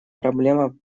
проблема